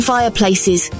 Fireplaces